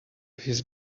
his